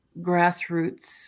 grassroots